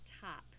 top